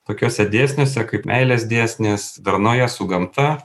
tokiuose dėsniuose kaip meilės dėsnis darnoje su gamta